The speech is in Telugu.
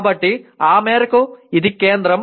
కాబట్టి ఆ మేరకు ఇది కేంద్రం